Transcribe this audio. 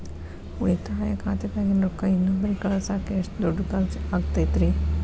ಉಳಿತಾಯ ಖಾತೆದಾಗಿನ ರೊಕ್ಕ ಇನ್ನೊಬ್ಬರಿಗ ಕಳಸಾಕ್ ಎಷ್ಟ ದುಡ್ಡು ಖರ್ಚ ಆಗ್ತೈತ್ರಿ?